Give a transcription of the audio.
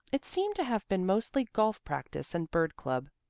it seemed to have been mostly golf practice and bird club.